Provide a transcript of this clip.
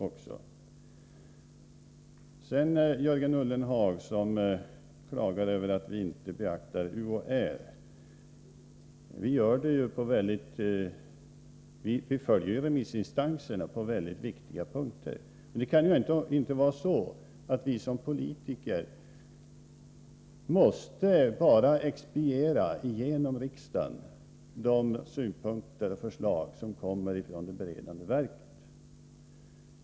Sedan till Jörgen Ullenhag, som klagar över att vi inte beaktar UHÄ. Vi följer faktiskt remissinstanserna på väldigt viktiga punkter. Det kan emellertid inte vara så att vi som politiker måste expediera genom riksdagen alla de synpunkter och förslag som kommer från ett beredande verk.